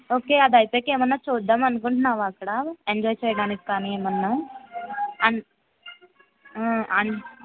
okay అధైపోయాక ఏమన్నా చూద్దామనుకుంటున్నావా అక్కడ ఎంజాయ్ చేయడానికి కాని ఏమన్నా అన్ అన్